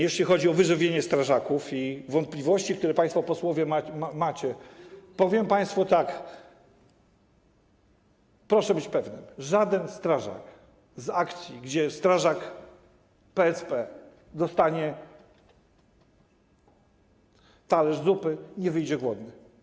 Jeśli chodzi o wyżywienie strażaków i wątpliwości, które państwo posłowie macie, to powiem państwu tak: Proszę mieć pewność, że żaden strażak z akcji, gdzie strażak PSP dostanie talerz zupy, nie wyjdzie głodny.